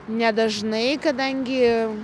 nedažnai kadangi